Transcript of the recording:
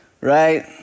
right